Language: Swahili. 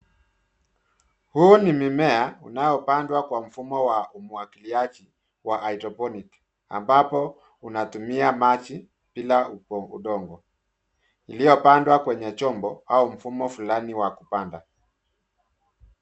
Huu ni mimea unaopandwa kwa mfumo wa umwagiliaji wa hydroponic ambapo unatumia maji bila udongo, iliyopandwa kwenye chombo au mfumo fulani wa kupanda.